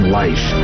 life